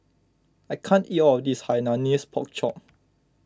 I can't eat all of this Hainanese Pork Chop